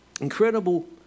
incredible